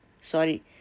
sorry